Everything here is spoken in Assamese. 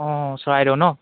অঁ চৰাইদেউ নহ্